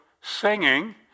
singing